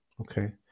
Okay